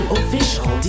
official